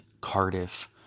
Cardiff